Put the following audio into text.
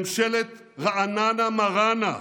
ממשלת רעננה-מראענה,